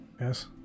Yes